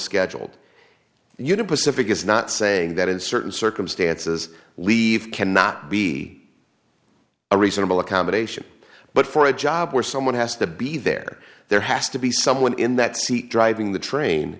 scheduled you know pacific is not saying that in certain circumstances leave cannot be a reasonable accommodation but for a job where someone has to be there there has to be someone in that seat driving the train